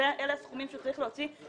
כשאלה הסכומים שצריך להוציא?